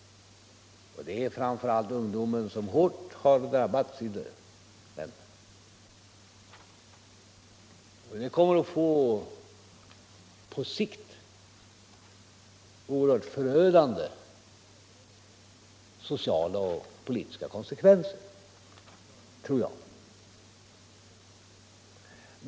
Det är framför allt ungdomen som hårt har drabbats av den arbetslösheten, som jag tror kommer att på sikt få oerhört förödande sociala och politiska konsekvenser.